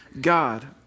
God